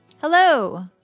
Hello